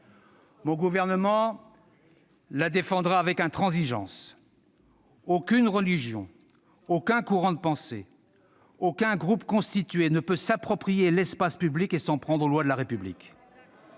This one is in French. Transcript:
Mon gouvernement la défendra avec intransigeance. » Il serait temps !« Aucune religion, aucun courant de pensée, aucun groupe constitué ne peut s'approprier l'espace public et s'en prendre aux lois de la République.